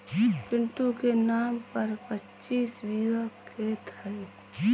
पिंटू के नाम पर पच्चीस बीघा खेत है